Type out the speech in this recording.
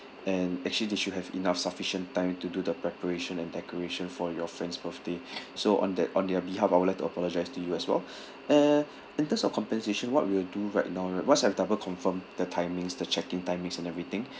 and actually they should have enough sufficient time to do the preparation and decoration for your friend's birthday so on that on their behalf I would like to apologise to you as well uh in terms of compensation what we will do right now once I have double confirm the timings the check in timings and everything